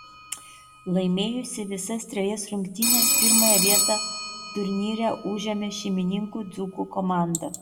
laimėjusi visas trejas rungtynes pirmąją vietą turnyre užėmė šeimininkų dzūkų komanda